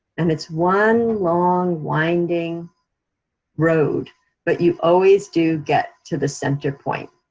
and it's one long winding road but you always do get to the center point.